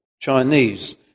Chinese